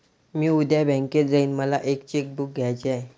मी उद्या बँकेत जाईन मला एक चेक बुक घ्यायच आहे